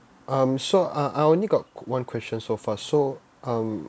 um so uh I only got one question so far so um